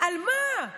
על מה?